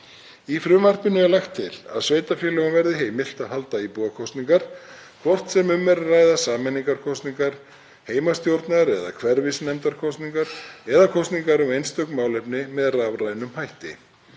Í frumvarpinu er lagt til að sveitarfélögum verði heimilt að halda íbúakosningar, hvort sem um er að ræða sameiningarkosningar, heimastjórnar- eða hverfisnefndarkosningar eða kosningar um einstök málefni, með rafrænum hætti.